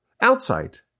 outside